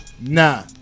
Nah